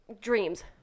Dreams